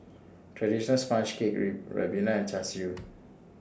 Traditional Sponge Cake Ribena and Char Siu